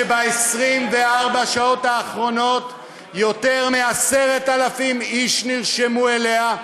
שב-24 השעות האחרונות יותר מ-10,000 איש נרשמו אליה,